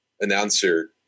announcer